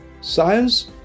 science